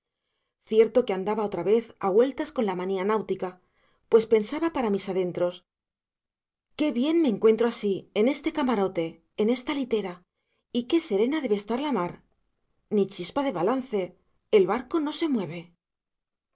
cierto que andaba otra vez a vueltas con la manía náutica pues pensaba para mis adentros qué bien me encuentro así en este camarote en esta litera y qué serena debe de estar la mar ni chispa de balance el barco no se mueve